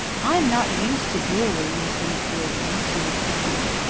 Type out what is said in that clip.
i am not used to jewelry, mr. macpherson, she would tell him.